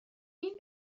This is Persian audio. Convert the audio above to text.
این